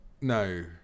no